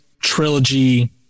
trilogy